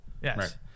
Yes